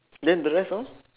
then the rest all